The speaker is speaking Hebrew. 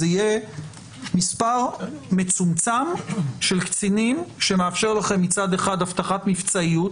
זה יהיה מספר מצומצם של קצינים שמאפשר לכם מצד אחד אבטחת מבצעיות,